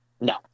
No